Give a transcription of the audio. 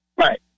Right